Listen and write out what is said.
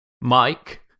Mike